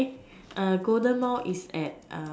golden Mall is at